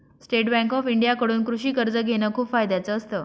state bank of India कडून कृषि कर्ज घेण खूप फायद्याच असत